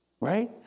Right